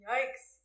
Yikes